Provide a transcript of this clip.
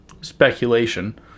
speculation